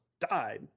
died